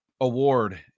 award